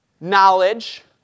knowledge